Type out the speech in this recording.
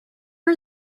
are